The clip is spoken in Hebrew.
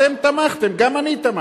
אתם תמכתם, גם אני תמכתי.